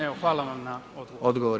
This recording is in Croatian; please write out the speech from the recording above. Evo hvala vam na odgovoru.